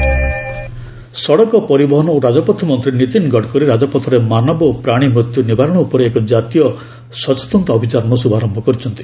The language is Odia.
ରୋଡ୍ ମୋଟାଲିଟି ସଡ଼କ ପରିବହନ ଓ ରାଜପଥ ମନ୍ତ୍ରୀ ନୀତିନ ଗଡ଼କରୀ ରାଜପଥରେ ମାନବ ଓ ପ୍ରାଣୀ ମୃତ୍ୟୁ ନିବାରଣ ଉପରେ ଏକ ଜାତୀୟ ସଚେତନତା ଅଭିଯାନର ଶୁଭାରୟ କରିଛନ୍ତି